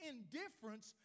Indifference